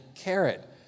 carrot